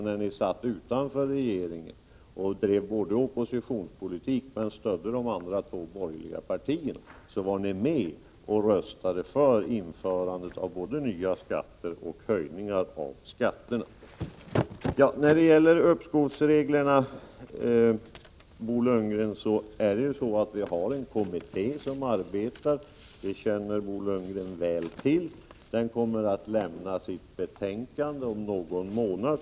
När ni satt utanför regeringen och drev oppositionspolitik samtidigt som ni stödde de två andra borgerliga partierna, var ni också med och röstade både för nya skatter och för höjningar av redan införda skatter. När det gäller uppskovsreglerna, Bo Lundgren, har vi en kommitté som arbetar. Det känner Bo Lundgren väl till. Den kommer att lämna sitt betänkande om någon månad.